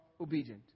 obedient